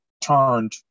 turned